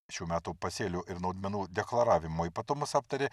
šių metų pasėlių ir naudmenų deklaravimo ypatumus aptarė